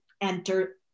enter